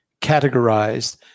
categorized